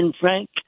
Frank